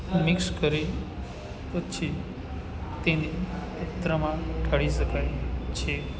mix કરી પછી તેને એત્રમાં ઠાળી સકાય છે